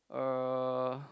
uh